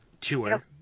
tour